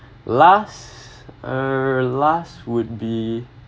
last uh last would be